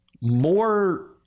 more